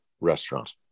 restaurant